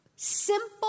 Simple